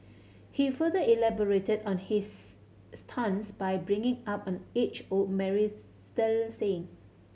he further elaborated on his stance by bringing up an age old marital saying